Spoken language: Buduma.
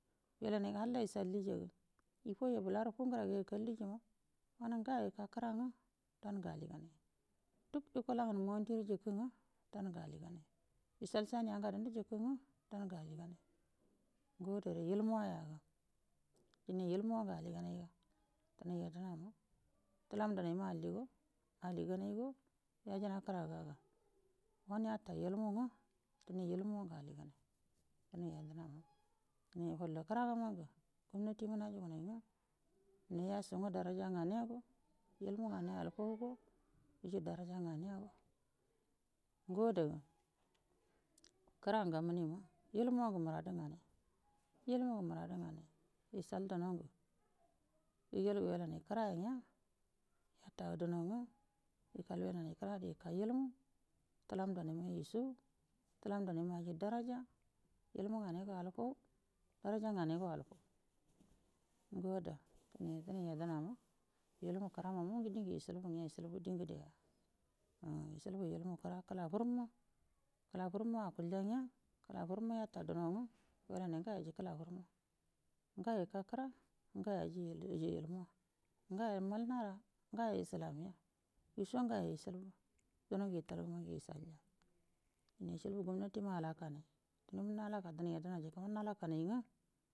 Wailanar ngə halla ishal dija ga ifoiya bəlarə funguraga yakalli jima wanə ngoyo ika kalra nga daugə aliganai duk yukula ngərə monti ru jikə ngə dangə aliganai ishal saniya nga daudu jikə nga dau gu ali ganai ngo adare ilmuwa yaga ohin ilmuwa ngə diganaiga dənai yadənama təlau nanaina alliga diganaigo yijina kə ragaga wannə yata ilmu nga dive ilmuwa ngə aliganai dine follo karaga mangə gumnati ma yajugunai nga dine yasu nga daraja nganeyago ilmu nganai al faugo iji daraja nganeyago ngo adaga kərangə gamunu ima ilmuwangə muradə nganai ishal duno ngə igelgə wailanai kəray ngiya yata duno nga ikal wailamai kəradə ka ilmu təlau danaina ishu təlamdanaima aji daraja ilmu nganaigo al fam daraja nganaigo al fau ngo ada dine dənci yadənama a kəma mungu dingə ishikbu ya ishilni ngədeya nu ishilbu ilmu kəra kəla furumma kəlafurumma okutya nya kəlafurumma aklma nga walarna agayo iji kəlafurum ngago iji ilmuwa ngayo ika kəra ngayo iji ilmuwa ngago mal nara ngayo islamiya yusho ngoyo ishilbu dano ngə ital dan mangə ishalya dine ishilbu gumnatima alakanai gumnatima nalaka dinai yaəna jikəma nalakanai nga.